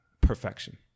Perfection